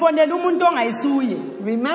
Remember